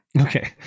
Okay